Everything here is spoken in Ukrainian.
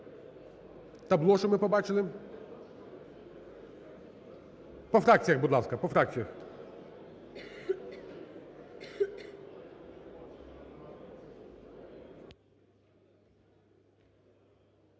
табло, щоб ми побачили. По фракціях, будь ласка, по фракціях.